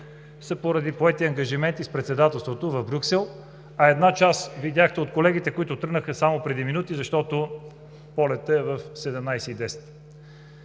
са поради поети ангажименти с Председателството в Брюксел, а една част – видяхте колегите, които тръгнаха само преди минути, защото полетът е в 17,10